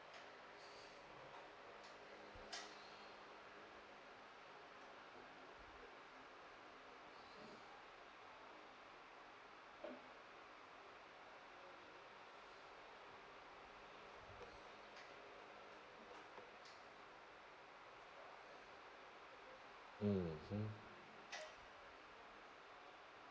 mmhmm